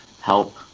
help